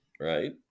Right